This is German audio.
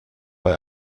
bei